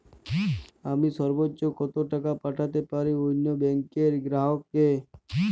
আমি সর্বোচ্চ কতো টাকা পাঠাতে পারি অন্য ব্যাংক র গ্রাহক কে?